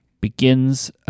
begins